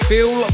Feel